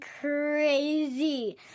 crazy